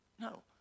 No